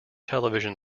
television